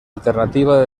alternativa